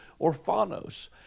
orphanos